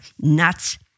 Nuts